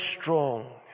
strong